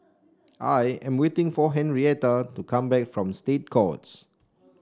I am waiting for Henrietta to come back from State Courts